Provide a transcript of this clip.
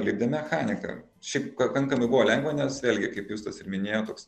lipdėm mechaniką šiaip pakankamai buvo lengva nes vėlgi kaip justas ir minėjo toks